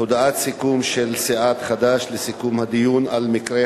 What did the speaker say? הודעת סיכום של סיעת חד"ש לסיכום הדיון על מקרי